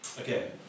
Okay